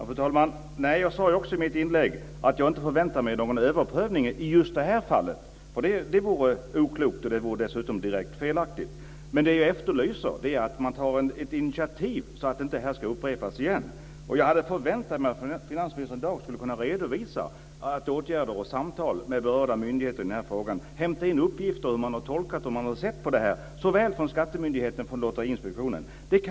Fru talman! Jag sade också i mitt inlägg att jag inte förväntade mig någon överprövning i just det här fallet. Det vore oklokt och dessutom direkt felaktigt. Men det jag efterlyser är att man tar ett initiativ, så att detta inte upprepas. Jag hade förväntat mig att finansministern i dag skulle kunna redovisa åtgärder och samtal med berörda myndigheter i den här frågan: att man hämtat in uppgifter, hur dessa har tolkats, hur såväl skattemyndigheten som Lotteriinspektionen har sett på det här.